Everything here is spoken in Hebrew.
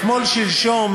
אתמול-שלשום,